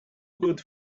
good